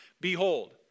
Behold